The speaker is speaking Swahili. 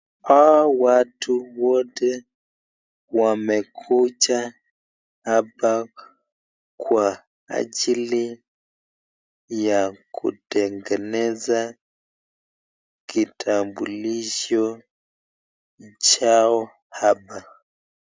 Hawa watu wote wamekuja hapa kwa ajili ya kutengeneza kitambulisho chao hapa.